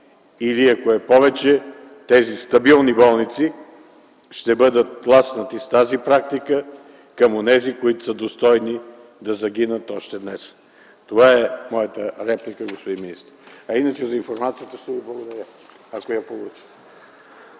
или, ако е повече, тези стабилни болници ще бъдат тласнати с тази практика към онези, които са достойни да загинат още днес. Това е моята реплика, господин министър. А иначе за информацията ще Ви благодаря, ако я получа.